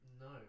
No